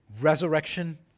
resurrection